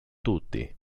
tutti